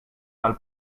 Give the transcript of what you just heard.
del